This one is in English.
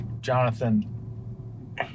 Jonathan